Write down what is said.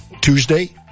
Tuesday